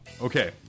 okay